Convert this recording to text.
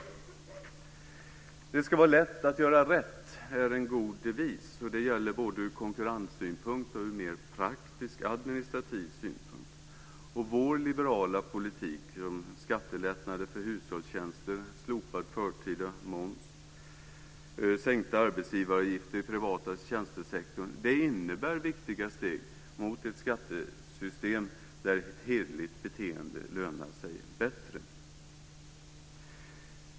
"Det ska vara lätt att göra rätt" är en god devis. Det gäller både ur konkurrenssynpunkt och ur mer praktisk administrativ synpunkt. Och vår liberala politik om skattelättnader för hushållstjänster, slopad förtida moms och sänkta arbetsgivaravgifter i privata tjänstesektorn innebär viktiga steg mot ett skattesystem där ett hederligt beteende lönar sig bättre.